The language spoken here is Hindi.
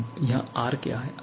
अब यहाँ R क्या है